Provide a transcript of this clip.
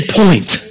point